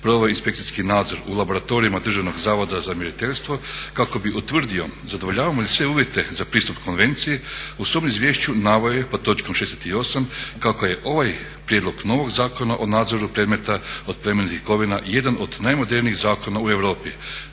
proveo inspekcijski nadzor u laboratorijima Državnog zavoda za mjeriteljstvo kako bi utvrdio zadovoljavamo li sve uvjete za pristup konvenciji u svom izvješću naveo je pod točkom 68. kako je ovaj prijedlog novog Zakona o nadzoru predmeta od plemenitih kovina jedan od najmodernijih zakona u Europi,